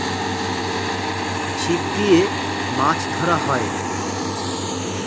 ছিপ দিয়ে মাছ ধরা হয়